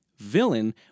Villain